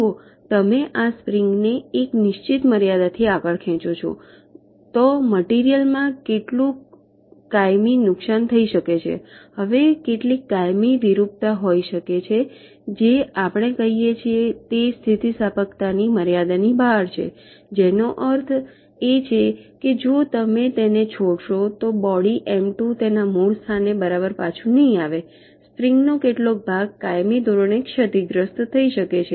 જુઓ જો તમે આ સ્પ્રિંગ ને એક નિશ્ચિત મર્યાદાથી આગળ ખેંચો છો તો મટીરીયલ માં કેટલુંક કાયમી નુકશાન થઈ શકે છે હવે કેટલીક કાયમી વિરૂપતા હોઈ શકે છે જે આપણે કહીએ કે તે સ્થિતિસ્થાપકતાની મર્યાદાથી બહાર છે જેનો અર્થ છે કે જો તમે તેને છોડશો તો બોડી એમ 2 તેના મૂળ સ્થાને બરાબર પાછું નહીં આવે સ્પ્રિંગ નો કેટલાક ભાગ કાયમી ધોરણે ક્ષતિગ્રસ્ત થઈ શકે છે